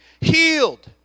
healed